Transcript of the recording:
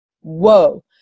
Whoa